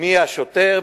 מי השוטר,